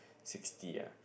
sixty ah